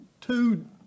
two